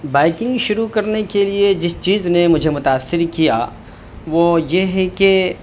biking شروع کرنے کے لیے جس چیز نے مجھے متأثر کیا وہ یہ ہے کہ